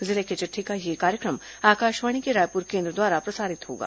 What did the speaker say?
जिले की चिट्ठी का यह कार्यक्रम आकाशवाणी के रायपुर केंद्र द्वारा प्रसारित होगा